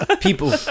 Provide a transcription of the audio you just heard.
people